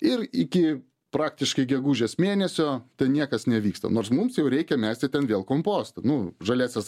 ir iki praktiškai gegužės mėnesio ten niekas nevyksta nors mums jau reikia mesti ten vėl kompostą nu žaliąsias